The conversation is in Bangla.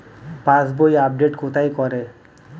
পাসবই আপডেট কোথায় করে?